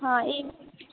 हँ ई